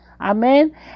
Amen